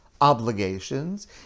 obligations